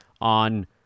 on